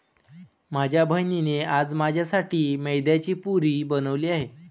माझ्या बहिणीने आज माझ्यासाठी मैद्याची पुरी बनवली आहे